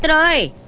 and i